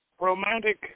romantic